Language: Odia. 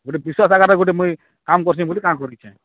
ଗୋଟେ ବିଶ୍ୱାସ୍ ଆକାରରେ ଗୋଟେ ମୁଇଁ କାମ୍ କରୁଛେ ବୋଲି କାମ୍ କରିଛେ